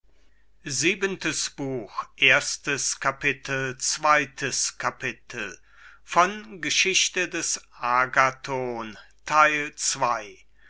erstes kapitel wer der käufer des agathon